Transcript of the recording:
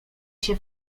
się